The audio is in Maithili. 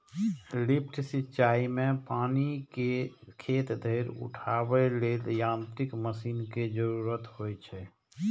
लिफ्ट सिंचाइ मे पानि कें खेत धरि उठाबै लेल यांत्रिक मशीन के जरूरत होइ छै